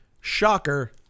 shocker